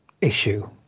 issue